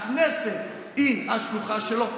הכנסת היא השלוחה שלו,